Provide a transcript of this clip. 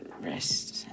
rest